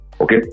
Okay